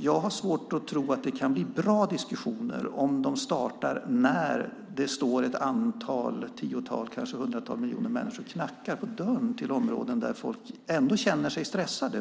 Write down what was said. Jag har svårt att tro att det kan bli bra diskussioner om de startar när det står ett tiotal eller kanske ett hundratal miljoner människor och knackar på dörren till områden där folk ändå känner sig stressade.